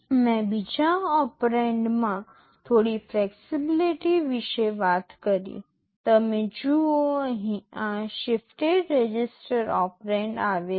મેં બીજા ઓપરેન્ડમાં થોડી ફ્લેક્સિબિલિટી વિશે વાત કરી તમે જુઓ અહીં આ શિફટેડ રજિસ્ટર ઓપરેન્ડ આવે છે